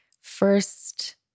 first